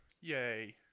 Yay